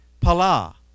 Pala